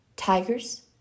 Tigers